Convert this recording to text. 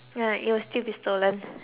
ya it will still be stolen